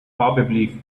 probably